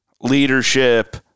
leadership